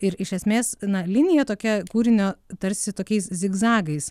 ir iš esmės na linija tokia kūrinio tarsi tokiais zigzagais